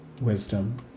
wisdom